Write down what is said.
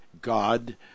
god